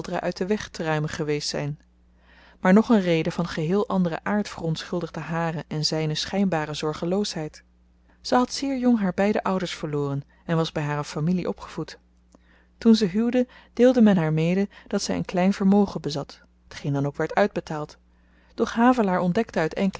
uit den weg te ruimen geweest zyn maar nog een reden van geheel anderen aard verontschuldigde hare en zyne schynbare zorgeloosheid ze had zeer jong haar beide ouders verloren en was by hare familie opgevoed toen ze huwde deelde men haar mede dat zy een klein vermogen bezat tgeen dan ook werd uitbetaald doch havelaar ontdekte uit